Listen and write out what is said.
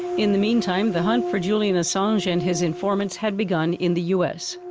in the meantime, the hunt for julian assange and his informants had begun in the u s.